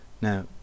now